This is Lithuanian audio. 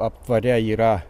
aptvare yra